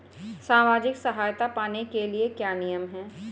सामाजिक सहायता पाने के लिए क्या नियम हैं?